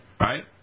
Right